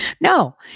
no